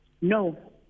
No